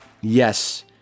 yes